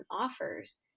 offers